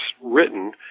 written